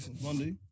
Monday